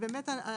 סליחה על הבורות,